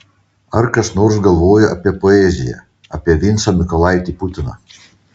ar kas nors galvoja apie poeziją apie vincą mykolaitį putiną